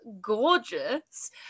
gorgeous